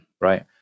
right